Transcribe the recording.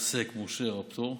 עוסק מורשה או פטור,